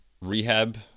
rehab